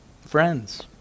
friends